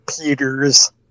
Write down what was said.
peter's